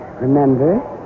remember